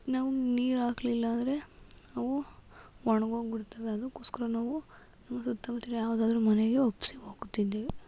ನಾವು ನೀರು ಹಾಕಲಿಲ್ಲ ಅಂದರೆ ಅವು ಒಣಗೋಗಿ ಬಿಡ್ತವೆ ಅದಕೋಸ್ಕರ ನಾವು ನಮ್ಮ ಸುತ್ತಮುತ್ತಲಿನ ಯಾವುದಾದ್ರು ಮನೆಗೆ ಒಪ್ಪಿಸಿ ಹೋಗುತ್ತಿದ್ದೆವು